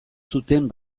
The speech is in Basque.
zuten